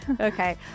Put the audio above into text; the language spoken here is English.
okay